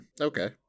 okay